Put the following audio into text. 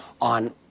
on